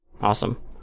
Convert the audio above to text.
Awesome